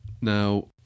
now